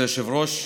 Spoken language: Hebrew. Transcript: כבוד היושב-ראש,